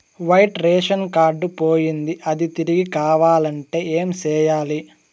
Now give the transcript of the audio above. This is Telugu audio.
వైట్ రేషన్ కార్డు పోయింది అది తిరిగి కావాలంటే ఏం సేయాలి